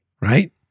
right